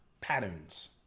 patterns